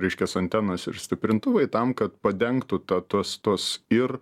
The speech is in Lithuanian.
reiškias antenos ir stiprintuvai tam kad padengtų tą tuos tuos ir